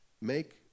Make